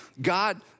God